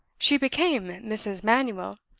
she became mrs. manuel.